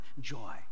joy